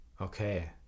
okay